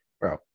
bro